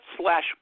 slash